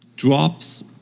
Drops